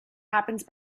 happens